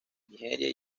nigeria